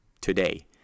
today